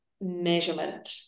measurement